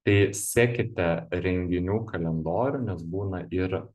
tai sekite renginių kalendorių nes būna ir